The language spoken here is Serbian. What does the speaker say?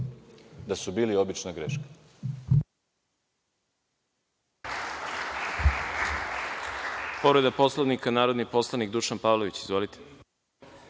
da su bili obična greška.